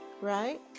Right